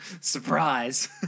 surprise